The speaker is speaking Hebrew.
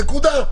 נקודה.